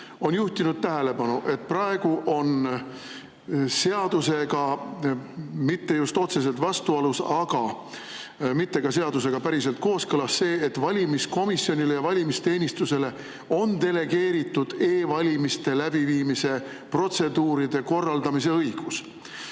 on juhtinud tähelepanu, et praegu on seadusega mitte just otseselt vastuolus, aga mitte ka seadusega päriselt kooskõlas see, et valimiskomisjonile ja valimisteenistusele on delegeeritud e‑valimiste läbiviimise protseduuride korraldamise õigus.